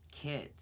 kids